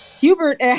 hubert